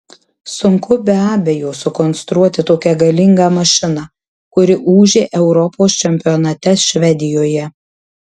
sunku be abejo sukonstruoti tokią galingą mašiną kuri ūžė europos čempionate švedijoje